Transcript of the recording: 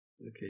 Okay